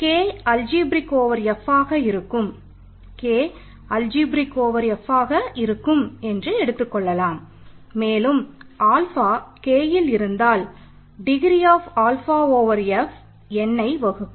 K அல்ஜிப்ரேக் F nனை வகுக்கும்